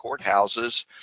courthouses